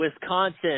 Wisconsin